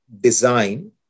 design